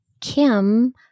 Kim